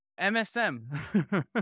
MSM